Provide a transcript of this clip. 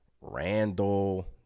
Randall